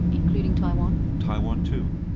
including taiwan? taiwan, too.